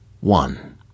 One